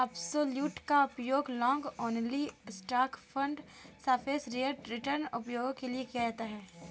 absolute का उपयोग long only stock fund सापेक्ष रिटर्न उपायों के लिए किया जाता है